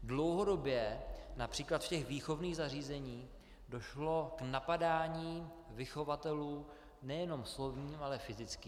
Dlouhodobě např. v těch výchovných zařízeních došlo k napadáním vychovatelů nejenom slovním, ale fyzickým.